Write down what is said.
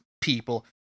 people